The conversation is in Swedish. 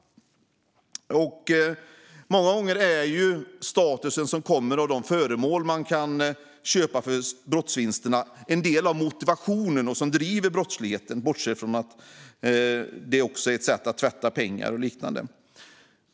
Många gånger är statusen som kommer med de föremål man kan köpa för brottsvinster en del av motivationen och det som driver brottsligheten, bortsett från att det också kan vara ett sätt att tvätta pengar.